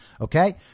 Okay